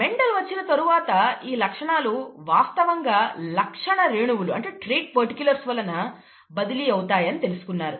Mendel వచ్చిన తరువాత ఈ లక్షణాలు వాస్తవంగా లక్షణ రేణువులు వలన బదిలీ అవుతాయని తెలుసుకున్నారు